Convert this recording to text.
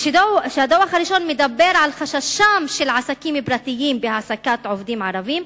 הדוח הראשון מדבר על חששם של עסקים פרטיים מהעסקת עובדים ערבים,